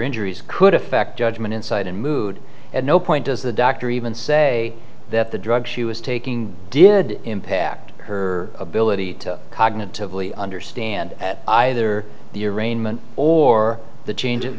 injuries could affect judgment in sight and mood at no point does the doctor even say that the drugs she was taking did impact her ability to cognitively understand at either the arraignment or the change